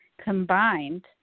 combined